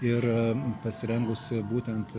ir pasirengusi būtent